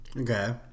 Okay